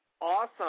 awesome